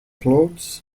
clothes